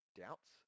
doubts